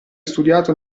studiata